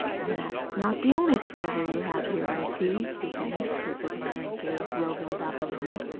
and that's not the only treasure you have here, i see, he finished, his admiring gaze roving about the room.